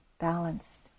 balanced